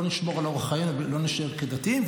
נשמור על אורח חיינו ולא נישאר דתיים,